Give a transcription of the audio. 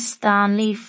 Stanley